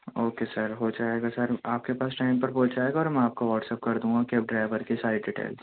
okay sir ہو جائے گا سر آپ کے پاس ٹائم پر پہنچ جائے گا اور میں آپ کو واٹس ایپ کرندوں گا کیب ڈرائیور کی ساری ڈیٹیلس